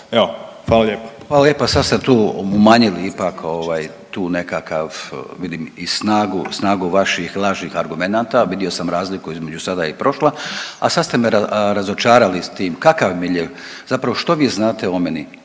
Gordan (HDZ)** Hvala lijepo. Sad ste tu umanjili ipak tu nekakav vidim i snagu vaših lažnih argumenata, vidio sam razliku između sada i prošla, a sad ste me razočarali s tim. Kakav milje? Zapravo što vi znate o meni?